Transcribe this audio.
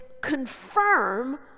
confirm